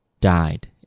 died